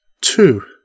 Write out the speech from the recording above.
two